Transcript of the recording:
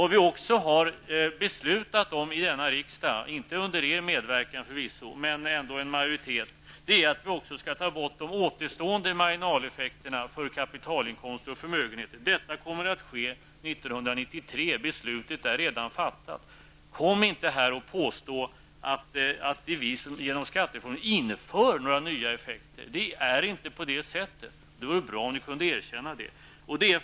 Denna riksdag har också beslutat, inte med er medverkan förvisso, att de återstående marginaleffekterna skall tas bort för kapitalinkomster och förmögenhet. Det kommer att ske 1993. Beslutet är redan fattat. Kom inte och påstå att vi med hjälp av skattereformen inför några nya effekter. Det är inte så. Det vore bra om ni kunde erkänna det.